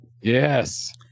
Yes